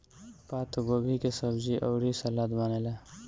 पातगोभी के सब्जी अउरी सलाद बनेला